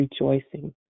rejoicing